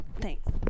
Thanks